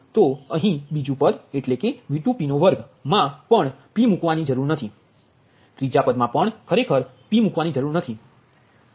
તો અહીં બીજુ પદ એટલે કે 2મા પણ મૂક્વાની જરૂર નથી ત્રીજા પદમાં પણ ખરેખર મૂક્વાની જરૂરી નથી